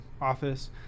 office